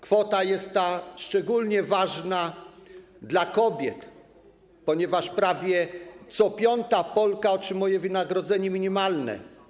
Kwota jest szczególnie ważna dla kobiet, ponieważ prawie co piąta Polka otrzymuje wynagrodzenie minimalne.